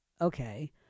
okay